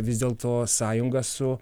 vis dėl to sąjungą su